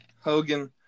Hogan